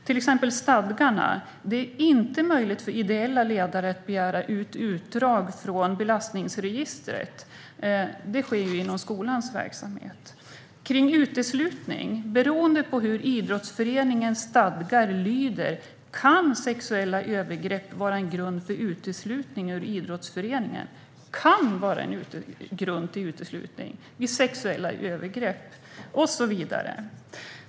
Det är till exempel inte möjligt för ideella ledare att begära utdrag från belastningsregistret. Det kan ju ske inom skolans verksamhet. I fråga om uteslutning kan , beroende på hur idrottsföreningens stadgar lyder, sexuella övergrepp vara en grund för uteslutning ur idrottsföreningen. Sexuella övergrepp kan vara en grund för uteslutning.